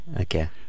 Okay